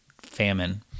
famine